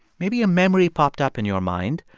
maybe a memory popped up in your mind.